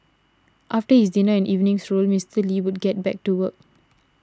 after his dinner and evening stroll Mister Lee would get back to work